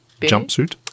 jumpsuit